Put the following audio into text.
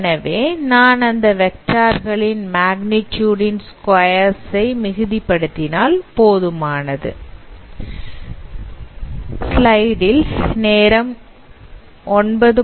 எனவே நான் அந்த வெக்டார் களின் magnitude ன் ஸ்கொயர் ஐ மிகுதி படுத்தினால் போதுமானது